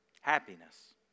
happiness